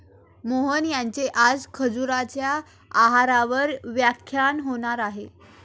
मोहन यांचे आज खजुराच्या आहारावर व्याख्यान होणार आहे